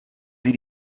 sie